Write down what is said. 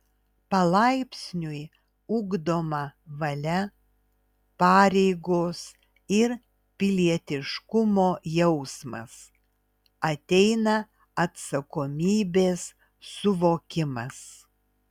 palaipsniui ugdoma valia pareigos ir pilietiškumo jausmas ateina atsakomybės suvokimas